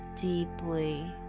deeply